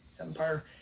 Empire